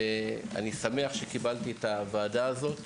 אני שמח שקיבלתי את הוועדה הזאת.